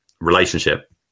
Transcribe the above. relationship